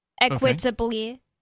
Equitably